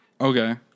Okay